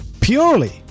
purely